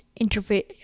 interface